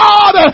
God